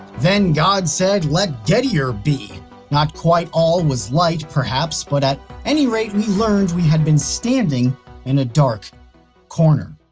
then god said, let gettier be not quite all was light, perhaps, but at any rate we learned we had been standing in a dark corner.